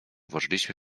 włożyliśmy